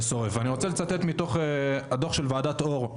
ואני רוצה לצטט מתוך הדוח של ועדת אור,